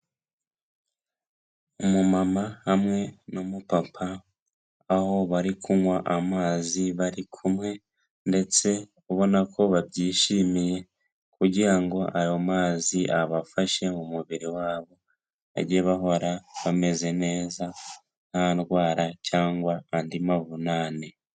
Umumama hamwe n'umupapa, aho bari kunywa amazi bari kumwe ndetse ubona ko babyishimiye kugira ngo ayo mazi abafashe mu mubiri wabo, bajye bahora bameze neza nta ndwara cyangwa andi mavunane.